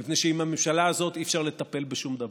מפני שעם הממשלה הזאת אי-אפשר לטפל בשום דבר.